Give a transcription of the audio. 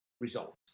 results